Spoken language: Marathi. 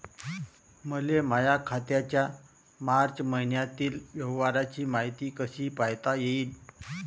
मले माया खात्याच्या मार्च मईन्यातील व्यवहाराची मायती कशी पायता येईन?